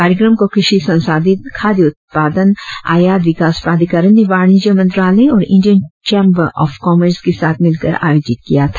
कार्यक्रम को क्रषि संसाधित खाद्य उत्पादन आयात विकास प्रधिकरण ने वाणिज्य मंत्रालय और इंडियन चेंबर ऑफ कमर्स के साथ मिलकर आयोजित किया था